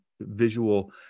visual